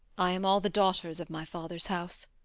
i am all the daughters of my father's house,